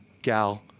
gal